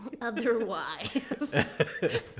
Otherwise